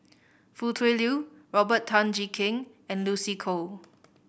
Foo Tui Liew Robert Tan Jee Keng and Lucy Koh